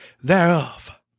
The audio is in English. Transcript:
thereof